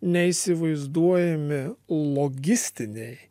neįsivaizduojami logistiniai